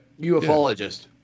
UFOlogist